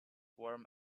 warm